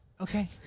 Okay